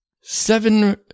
Seven